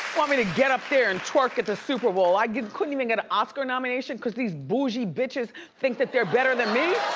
want me to get up there and twerk at the super bowl. i couldn't even get an oscar nomination cause these boozy bitches think that they're better than me!